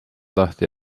lahti